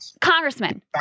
Congressman